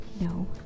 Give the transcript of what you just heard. No